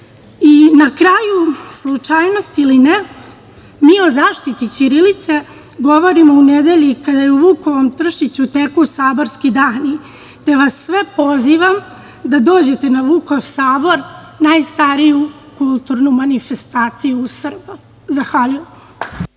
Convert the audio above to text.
kraju, slučajnost ili ne, mi o zaštiti ćirilice govorimo u nedelji kada u Vukom Tršiću teku saborski dani, te vas sve pozivam da dođete na Vukov Sabor, najstariju kulturnu manifestaciju Srba. Zahvaljujem.